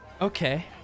Okay